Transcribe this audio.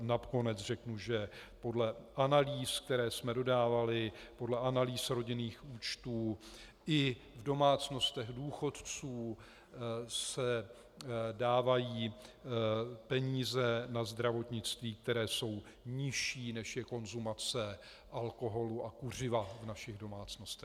Nakonec řeknu, že podle analýz, které jsme dodávali, podle analýz rodinných účtů se i v domácnostech důchodců dávají peníze na zdravotnictví, které jsou nižší, než je konzumace alkoholu a kuřiva v našich domácnostech.